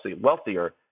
wealthier